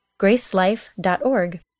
gracelife.org